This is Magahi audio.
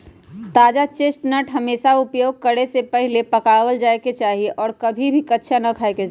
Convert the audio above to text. ताजा चेस्टनट हमेशा उपयोग करे से पहले पकावल जाये के चाहि और कभी भी कच्चा ना खाय के चाहि